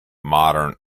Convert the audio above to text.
modern